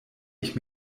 ich